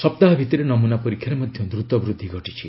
ସପ୍ତାହ ଭିତ୍ତିରେ ନମ୍ବନା ପରୀକ୍ଷାରେ ମଧ୍ୟ ଦ୍ରତ ବୃଦ୍ଧି ଘଟିଛି